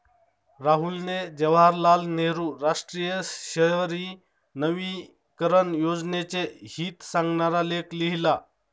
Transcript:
राहुलने जवाहरलाल नेहरू राष्ट्रीय शहरी नवीकरण योजनेचे हित सांगणारा लेख लिहिला